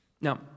Now